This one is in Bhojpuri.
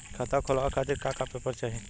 खाता खोलवाव खातिर का का पेपर चाही?